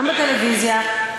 גם בטלוויזיה,